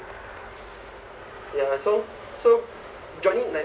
ya so so joining like